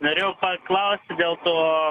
norėjau paklausti dėl to